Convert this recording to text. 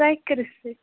ژوٚکرٕ سۭتۍ